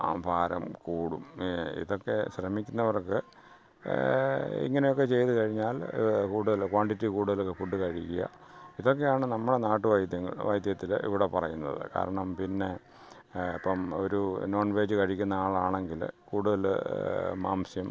ഭാരം കൂടും ഇതൊക്കെ ശ്രമിക്കുന്നവർക്ക് ഇങ്ങനെയൊക്കെ ചെയ്ത് കഴിഞ്ഞാൽ കൂടുതൽ ക്വാണ്ടിറ്റി കൂടുതൽ ഫുഡ്ഡ് കഴിയ്ക്കുക ഇതൊക്കെയാണ് നമ്മുടെ നാട്ടുവൈദ്യങ്ങൾ വൈദ്യത്തിൽ ഇവിടെ പറയുന്നത് കാരണം പിന്നെ ഇപ്പം ഒരു നോൺവെജ്ജ് കഴിക്കുന്ന ആളാണെങ്കിൽ കൂടുതൽ മാംസ്യം